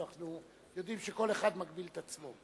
אנחנו יודעים שכל אחד מגביל את עצמו.